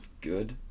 Good